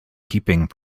keeping